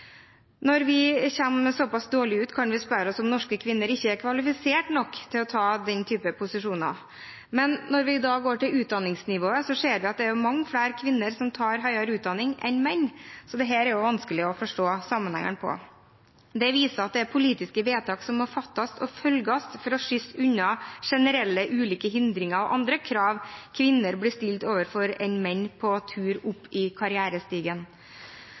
Når vi kommer så pass dårlig ut, kan vi spørre oss om norske kvinner ikke er godt nok kvalifisert til å ta den type posisjoner. Går vi til utdanningsnivået, ser vi at det er mange flere kvinner enn menn, som tar høyere utdanning. Så dette er det vanskelig å forstå sammenhengen i. Det viser at det er politiske vedtak som må fattes og følges for å skysse unna generelle ulike hindringer og andre krav som flere kvinner enn menn blir stilt overfor på tur opp karrierestigen.